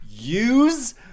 use